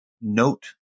note